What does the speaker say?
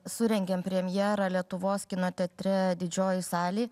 surengėm premjerą lietuvos kino teatre didžiojoj salėj